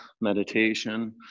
meditation